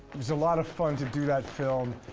it was a lot of fun to do that film.